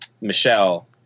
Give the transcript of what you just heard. Michelle